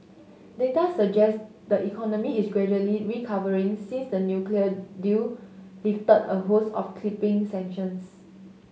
data suggest the economy is gradually recovering since the nuclear deal lifted a host of crippling sanctions